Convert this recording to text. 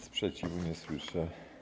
Sprzeciwu nie słyszę.